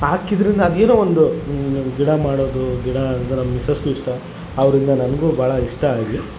ಹಾಕಿದ್ರಿಂದ ಅದೇನೋ ಒಂದು ಗಿಡ ಮಾಡೋದು ಗಿಡ ಇದರ ಮಿಸಸ್ಗು ಇಷ್ಟ ಅವರಿಂದ ನನಗು ಭಾಳ ಇಷ್ಟ ಆಗಿ